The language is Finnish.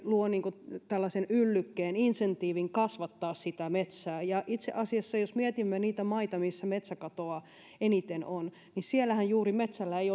luo tällaisen yllykkeen insentiivin kasvattaa sitä metsää itse asiassa jos mietimme niitä maita missä metsäkatoa eniten on niin siellähän juuri metsällä ei